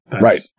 Right